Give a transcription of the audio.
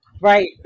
Right